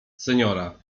seniora